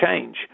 change